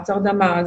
הרדמה,